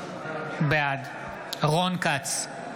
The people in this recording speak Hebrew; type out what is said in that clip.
בעד רון כץ,